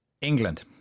England